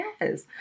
yes